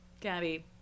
Gabby